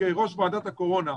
כראש ועדת הקורונה,